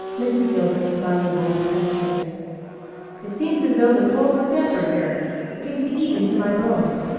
mrs. gilbert's smiling voice penetrated it seems as though the cold were damper here it seems to eat into my bones.